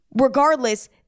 regardless